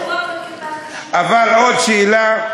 אבל עוד שאלה,